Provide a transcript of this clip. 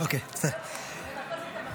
יש פה שר.